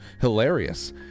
hilarious